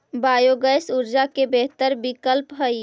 biogas ऊर्जा के बेहतर विकल्प हई